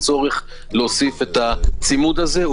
לא להוסיף את הצימוד הזה.